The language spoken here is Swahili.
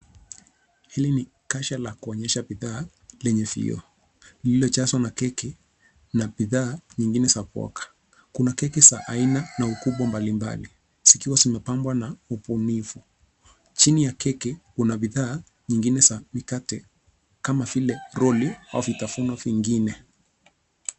Hili ni kasha la kuonyesha bidhaa lenye vioo lililo jazwa makeki na bidhaa nyingine za kuoka kuna bidhaa nyingine za ukubwa mbali mbali zikiwa zimepangwa na upumivu, chini ya keki kuna bidhaa nyingine za mikate kama vile roli au vitafuno vingine.